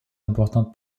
importante